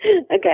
Okay